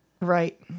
Right